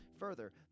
Further